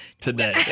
today